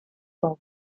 for